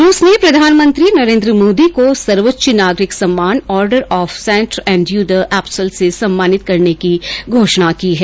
रूस ने प्रधानमंत्री नरेंद्र मोदी को सर्वोच्च नागरिक सम्मान Order of Saint Andrew the Apostle से सम्मानित करने की घोषणा की है